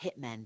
Hitmen